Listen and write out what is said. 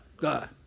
God